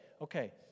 okay